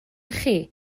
chi